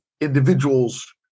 individuals